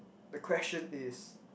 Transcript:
the question is